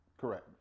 Correct